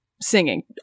singing